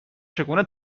چگونه